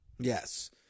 Yes